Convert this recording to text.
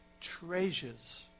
treasures